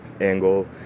angle